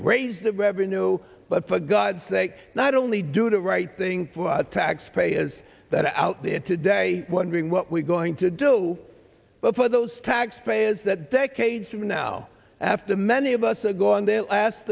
raise the revenue but for god's sake not only do the right thing for our taxpayers that are out there today wondering what we're going to do but for those taxpayers that decades from now after many of us to go on there i asked